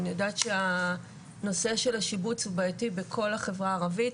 אני יודעת שהנושא של השיבוץ הוא בעייתי בכל החברה הערבית,